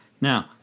Now